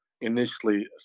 initially